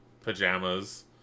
pajamas